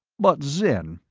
but, zen!